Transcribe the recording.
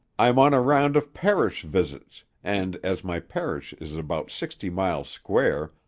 i'm on a round of parish visits, and, as my parish is about sixty miles square,